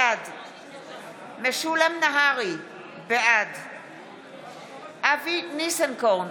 בעד משולם נהרי, בעד אבי ניסנקורן,